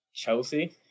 Chelsea